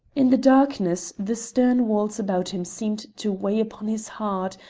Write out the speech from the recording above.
in the darkness the stern walls about him seemed to weigh upon his heart,